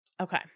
Okay